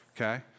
Okay